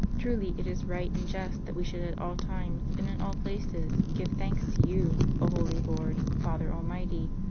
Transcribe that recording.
truly, it is right and just that we should at all times and in all places give thanks to you, o holy lord, father almighty,